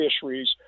fisheries